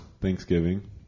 Thanksgiving